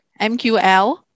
MQL